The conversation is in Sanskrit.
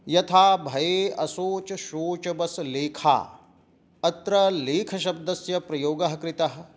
यथा भये असोचशोचवसलेखा अत्र लेखशब्दस्य प्रयोगः कृतः